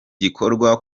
gikorwa